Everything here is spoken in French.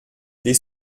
les